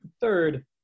third